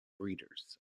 breeders